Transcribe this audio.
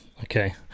okay